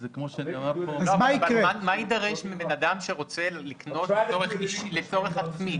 מה יידרש מאדם שרוצה לקנות לצורך עצמי,